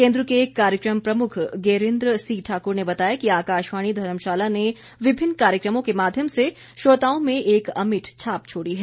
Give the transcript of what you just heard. केंद्र के कार्यक्रम प्रमुख गेरिन्द्र सी ठाक्र ने बताया कि आकाशवाणी धर्मशाला ने विभिन्न कार्यक्रमों के माध्यम से श्रोताओं में एक अमिट छाप छोड़ी है